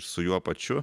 su juo pačiu